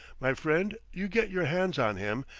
my friend, you get your hands on him,